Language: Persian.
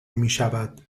میشود